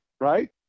Right